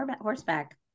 horseback